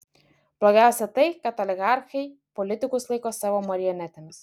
blogiausia tai kad oligarchai politikus laiko savo marionetėmis